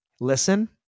Listen